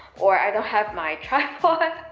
or i dont have my tripod,